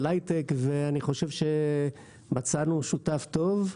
היי-טק ואני חושב שמצאנו שותף טוב.